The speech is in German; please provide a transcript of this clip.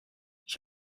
ich